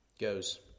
goes